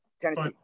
Tennessee